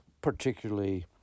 particularly